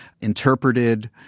interpreted